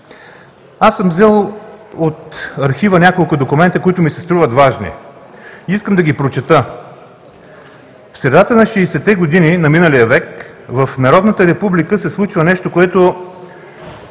Аз съм взел от архива няколко документа, които ми се струват важни и искам да ги прочета. В средата на 60-те години на миналия век в Народната република се случва нещо, което